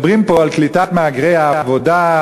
מדברים פה על קליטת מהגרי עבודה,